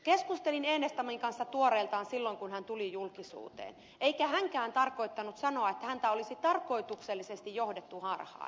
keskustelin enestamin kanssa tuoreeltaan silloin kun hän tuli julkisuuteen eikä hänkään tarkoittanut sanoa että häntä olisi tarkoituksellisesti johdettu harhaan